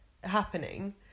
happening